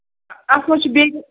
اَتھ ما چھُ بیٚیہِ تہِ